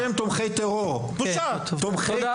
אתם תומכי טרור, תומכי